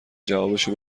جوابشو